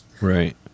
Right